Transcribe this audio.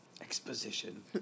Exposition